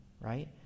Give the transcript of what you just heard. right